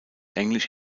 englisch